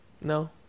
No